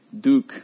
Duke